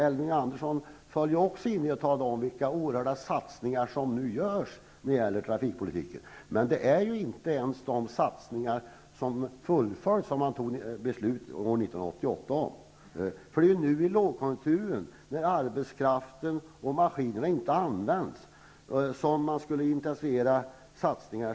Elving Andersson faller också in i detta mönster och talar om vilka oerhörda satsningar som görs på trafikpolitikens område. Men man fullföljer inte ens de satsningar som man fattade beslut om år 1988. Nu i lågkonjunkturen när arbetskraft och maskiner inte används skulle man behöva göra intensiva satsningar.